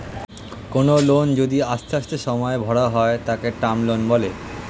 কোনো লোন যদি আস্তে আস্তে সময়ে ভরা হয় তাকে টার্ম লোন বলে